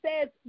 says